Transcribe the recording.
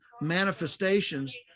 manifestations